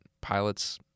pilots